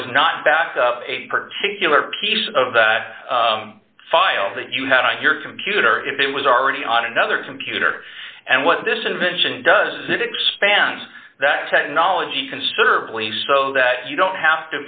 was not backed up a particular piece of the file that you had on your computer if it was already on another computer and what this invention does is it expands that technology considerably so that you don't have